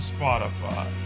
Spotify